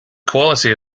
quality